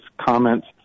comments